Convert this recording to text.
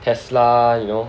Tesla you know